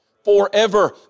forever